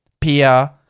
Pia